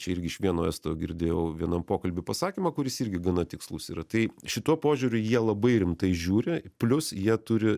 čia irgi iš vieno esto girdėjau vienam pokalby pasakymą kuris irgi gana tikslus yra tai šituo požiūriu jie labai rimtai žiūri plius jie turi